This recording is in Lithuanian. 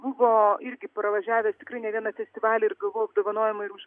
buvo irgi pravažiavęs tikrai ne vieną festivalį ir gavau apdovanojimą ir už